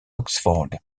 oxford